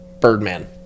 Birdman